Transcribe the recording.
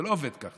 זה לא עובד כך.